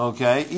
Okay